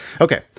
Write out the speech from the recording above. Okay